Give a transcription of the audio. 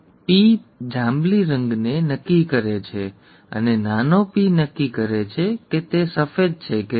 P જાંબલી રંગને નક્કી કરે છે અને નાનો p નક્કી કરે છે કે તે સફેદ છે કે નહીં